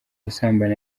gusambana